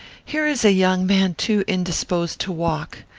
here is a young man too indisposed to walk.